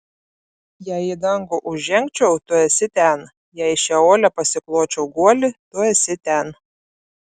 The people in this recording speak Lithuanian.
jei į dangų užžengčiau tu esi ten jei šeole pasikločiau guolį tu esi ten